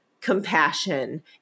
compassion